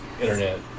internet